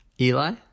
Eli